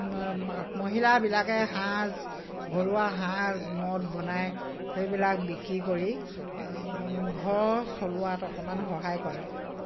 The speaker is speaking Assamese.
মহিলাবিলাকে সাঁজ ঘৰুৱা সাঁজ মদ বনাই সেইবিলাক বিক্ৰী কৰি ঘৰ চলোৱাত অকণমান সহায় কৰে